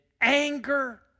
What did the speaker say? anger